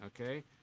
Okay